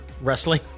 wrestling